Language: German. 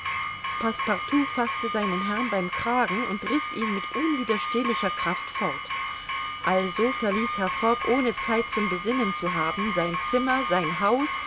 faßte seinen herrn beim kragen und riß ihn mit unwiderstehlicher kraft fort also verließ herr fogg ohne zeit zum besinnen zu haben sein zimmer sein haus